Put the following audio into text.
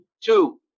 Two